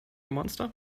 monster